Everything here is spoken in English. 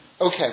Okay